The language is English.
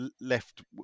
left